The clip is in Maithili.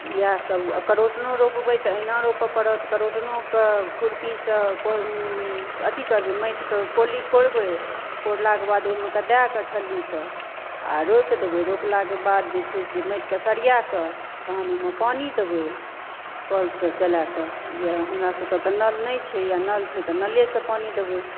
इएहसभ आ करोटिनो रोपबय तऽ इएहसभ करय पड़त कोरोटोनोकऽ खुरपीसँ अथी करबय माटिकऽ कोरबय कोरलाकऽ बाद ओहिमे कऽ दयकऽ ठल्लीके आ रोपि देबय आ रोपलाके बाद जे छै से माटिके सरिआकऽ तहन ओहिमे पानी देबय कलसँ चलाके इएह हमरा सभकऽ तऽ नल नहि छै वा नल छै तऽ नलेसँ पानी देबय